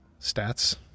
stats